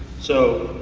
so,